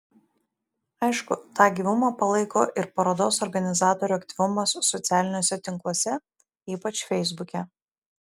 aišku tą gyvumą palaiko ir parodos organizatorių aktyvumas socialiniuose tinkluose ypač feisbuke